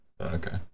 Okay